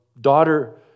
daughter